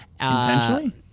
Intentionally